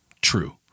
true